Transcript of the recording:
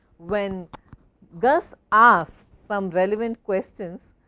when gus asks some relevant questions,